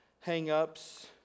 hang-ups